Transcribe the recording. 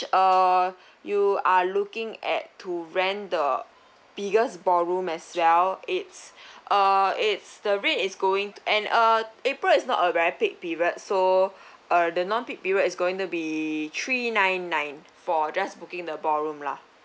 uh you are looking at to rent the biggest ballroom as well it's uh it's the rate is going to and uh april is not a really peak period so uh the non peak period is going to be three nine nine four just booking the ballroom lah